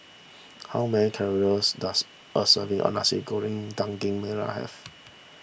how many calories does a serving of Nasi Goreng Daging Merah have